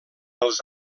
els